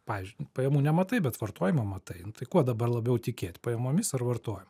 pavyzdžiui pajamų nematai bet vartojimą matai nu tai kuo dabar labiau tikėt pajamomis ar vartojimu